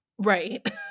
Right